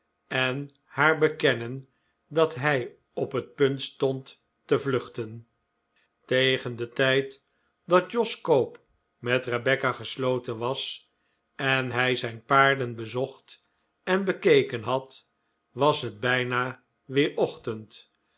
en haar bekennen dat hij op het punt stond te vluchten tegen den tijd dat jos koop met rebecca gesloten was en hij zijn paarden bezocht en bekeken had was het bijna weer